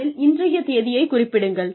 அதில் இன்றைய தேதியை குறிப்பிடுங்கள்